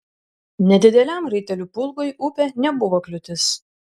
nedideliam raitelių pulkui upė nebuvo kliūtis